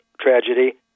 tragedy